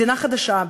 מדינה חדשה,